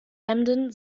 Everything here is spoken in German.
hemden